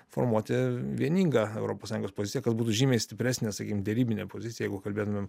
formuoti vieningą europos sąjungos poziciją kad būtų žymiai stipresnė sakykim derybinė pozicija jeigu kalbėtumėm